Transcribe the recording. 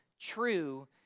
true